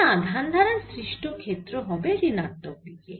এই আধান দ্বারা সৃষ্ট ক্ষেত্র হবে ঋণাত্মক দিকে